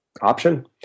option